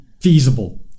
feasible